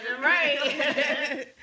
Right